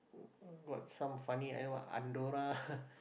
got some funny and what Andorra